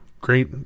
Great